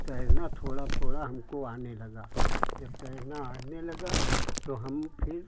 तैरना थोड़ा थोड़ा हमको आने लगा जब तैरना आने लगा तो हम फिर